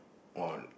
oh